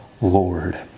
Lord